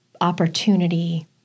opportunity